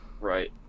right